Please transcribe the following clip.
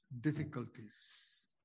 difficulties